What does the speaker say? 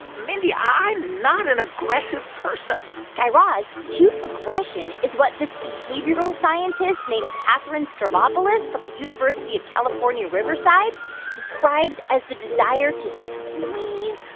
mindy, i'm not an aggressive person guy raz, cute aggression is what this behavioral scientist named katherine stavropoulos from the university of california, riverside describes as the desire to squeeze,